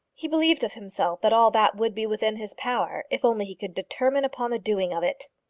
he believed of himself that all that would be within his power, if only he could determine upon the doing of it.